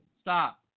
stop